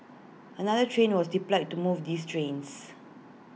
another train was deployed to move these trains